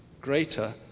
greater